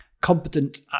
competent